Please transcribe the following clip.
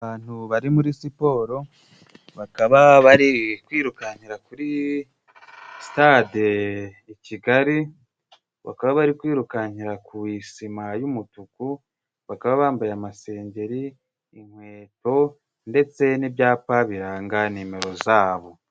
Abantu bari muri siporo bakaba bari kwirukankira kuri sitade i Kigali, bakaba bari kwirukankira ku isima y'umutuku, bakaba bambaye amasengeri, inkweto, ndetse n'ibyapa biranga nimero zabo.